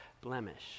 blemish